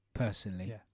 Personally